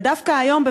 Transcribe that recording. ודווקא היום,